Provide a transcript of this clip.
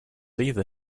either